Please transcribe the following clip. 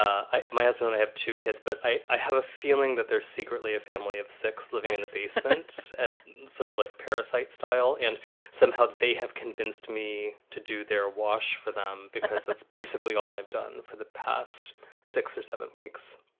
my husband, i have two kids, but i i have a feeling that they're secretly a family of six living in the basement and sort of like parasite style. and somehow they have convinced me to do their wash for them because that's basically all i've done for the past six or seven weeks